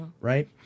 right